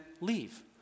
leave